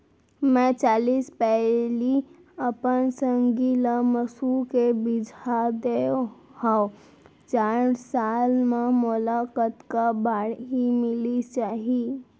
मैं चालीस पैली अपन संगी ल मसूर के बीजहा दे हव चार साल म मोला कतका बाड़ही मिलिस जाही?